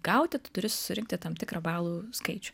gauti tu turi surinkti tam tikrą balų skaičių